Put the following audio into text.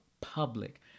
public